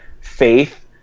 Faith